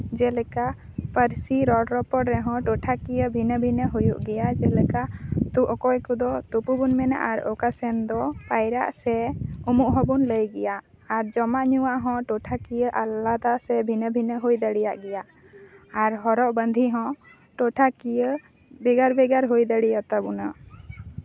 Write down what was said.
ᱡᱮᱞᱮᱠᱟ ᱯᱟᱹᱨᱥᱤ ᱨᱚᱲ ᱨᱚᱯᱚᱲ ᱨᱮᱦᱚᱸ ᱴᱚᱴᱷᱟ ᱠᱤᱭᱟᱹ ᱵᱷᱤᱱᱟᱹ ᱵᱷᱤᱱᱟᱹ ᱦᱩᱭᱩᱜ ᱜᱮᱭᱟ ᱡᱮᱞᱮᱠᱟ ᱚᱠᱚᱭ ᱠᱚᱫᱚ ᱛᱩᱯᱩ ᱵᱚᱱ ᱢᱮᱱᱟ ᱟᱨ ᱚᱠᱟ ᱥᱮᱱ ᱫᱚ ᱯᱟᱭᱨᱟᱜ ᱥᱮ ᱩᱢᱩᱜ ᱦᱚᱸᱵᱚᱱ ᱢᱮᱱ ᱜᱮᱭᱟ ᱟᱨ ᱡᱚᱢᱟᱜ ᱧᱩᱣᱟᱜ ᱦᱚᱸ ᱴᱚᱴᱷᱟᱠᱤᱭᱟᱹ ᱟᱞᱟᱫᱟ ᱥᱮ ᱵᱷᱤᱱᱟᱹ ᱵᱷᱤᱱᱟᱹ ᱦᱩᱭ ᱫᱟᱲᱮᱭᱟᱜ ᱜᱮᱭᱟ ᱟᱨ ᱦᱚᱨᱚᱜ ᱵᱟᱸᱫᱮ ᱦᱚᱸ ᱴᱚᱴᱷᱟᱠᱤᱭᱟᱹ ᱵᱷᱮᱜᱟᱨ ᱵᱷᱮᱜᱟᱨ ᱦᱩᱭ ᱫᱟᱲᱮᱭᱟᱛᱟᱵᱚᱱᱟ